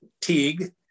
Teague